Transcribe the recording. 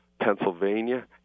Pennsylvania